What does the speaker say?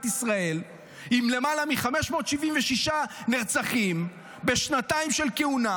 ישראל עם למעלה מ-576 נרצחים בשנתיים של כהונה,